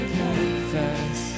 confess